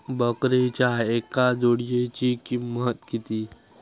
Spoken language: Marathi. बकरीच्या एका जोडयेची किंमत किती?